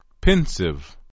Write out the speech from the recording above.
Pensive